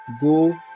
Go